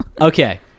Okay